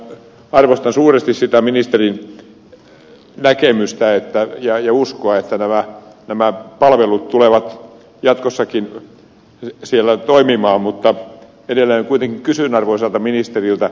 minä arvostan suuresti sitä ministerin näkemystä ja uskoa että nämä palvelut tulevat jatkossakin siellä toimimaan mutta edelleen kuitenkin kysyn arvoisalta ministeriltä